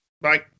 bye